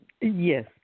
Yes